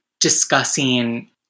discussing